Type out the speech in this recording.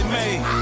made